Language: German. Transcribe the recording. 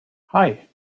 hei